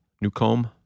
Newcomb